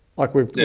like we've,